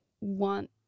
want